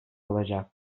olacak